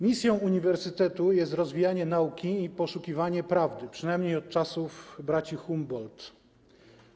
Misją uniwersytetu jest rozwijanie nauki i poszukiwanie prawdy, przynajmniej od czasów braci Humboldtów.